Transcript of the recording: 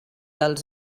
els